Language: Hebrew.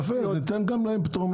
יפה, אז ניתן גם להם פטור מהיתר.